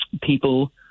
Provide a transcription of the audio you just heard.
people